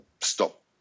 stop